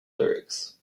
lyrics